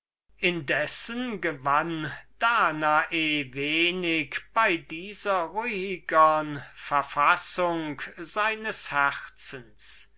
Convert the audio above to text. danae gewann wenig bei dieser ruhigern verfassung seines herzens